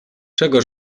czego